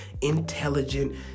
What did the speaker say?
intelligent